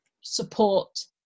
support